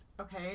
Okay